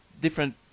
different